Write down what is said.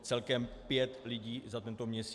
Celkem pět lidí za tento měsíc.